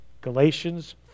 Galatians